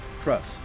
Trust